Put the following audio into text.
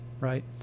right